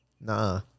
nah